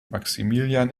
maximilian